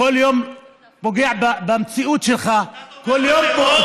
כל יום פוגע במציאות שלך, אתה תומך בטרור?